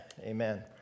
Amen